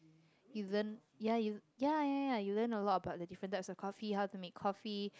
you learn ya you ya ya ya you learn a lot about the different types of coffee how to make coffee